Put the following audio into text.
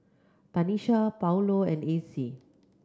Tanisha Paulo and Acy